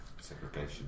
segregation